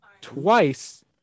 twice